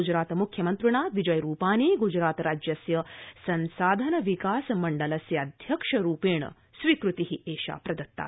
ग्जरात मुख्यमन्त्रिणा विजय रूपानी ग्जरातराज्यस्य संसाधन विकास मण्डलस्य अध्यक्ष रुपेण स्वीकृतिरेषा प्रदत्ता